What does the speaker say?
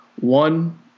one